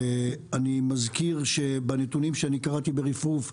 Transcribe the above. אני מזכיר שבנתונים שקראתי ברפרוף,